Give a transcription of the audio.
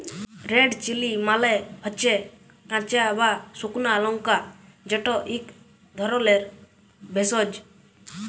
red chilli মালে হচ্যে কাঁচা বা সুকনা লংকা যেট ইক ধরলের ভেষজ